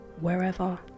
wherever